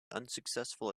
unsuccessful